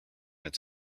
his